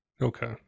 Okay